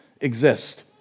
exist